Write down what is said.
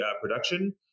production